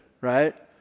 right